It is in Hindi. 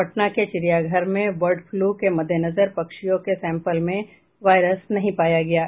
पटना के चिड़ियाघर में बर्ड फ्लू के मद्देनजर पक्षियों के सैंपल में वायरस नहीं पाया गया है